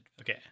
Okay